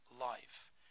life